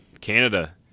Canada